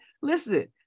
listen